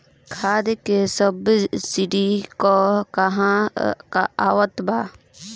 खाद के सबसिडी क हा आवत बा?